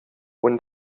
und